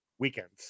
Weekends